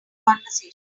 conversation